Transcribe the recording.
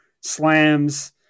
slams